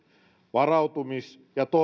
varautumis ja